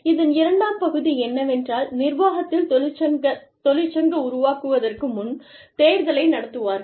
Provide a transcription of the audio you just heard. இதன் இரண்டாம் பகுதி என்னவென்றால் நிர்வாகத்தில் தொழிற்சங்க உருவாக்குவதற்கு முன் தேர்தலை நடத்துவார்கள்